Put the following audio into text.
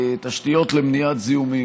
תשתיות למניעת זיהומים.